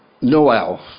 NOEL